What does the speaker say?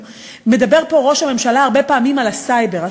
מדבר פה ראש הממשלה הרבה פעמים על הסייבר.